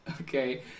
Okay